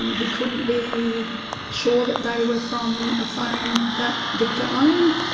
um he couldn't be sure that they were from a phone that victor owned.